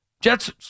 Jets